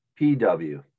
PW